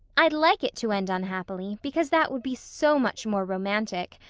i'd like it to end unhappily, because that would be so much more romantic.